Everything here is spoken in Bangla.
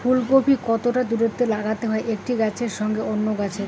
ফুলকপি কতটা দূরত্বে লাগাতে হয় একটি গাছের সঙ্গে অন্য গাছের?